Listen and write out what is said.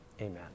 Amen